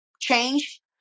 change